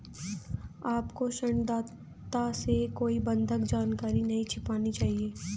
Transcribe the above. आपको ऋणदाता से कोई बंधक जानकारी नहीं छिपानी चाहिए